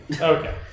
okay